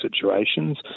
situations